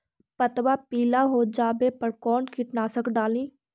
पतबा पिला हो जाबे पर कौन कीटनाशक डाली?